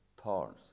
thorns